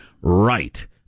right